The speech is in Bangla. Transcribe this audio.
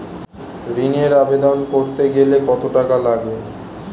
ঋণের আবেদন করতে গেলে কত টাকা লাগে?